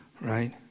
right